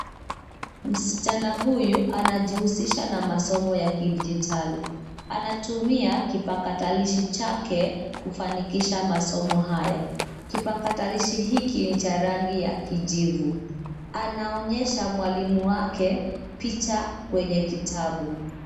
Msichana huyu anajihusisha na masomo ya kidijitali. Anatumia kipakatalishi chake kufanikisha masomo haya. Kipakatalishi hiki ni cha rangi ya kijivu. Anaonyesha mwalimu wake picha kwenye kitabu.